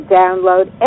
download